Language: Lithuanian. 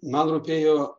man rūpėjo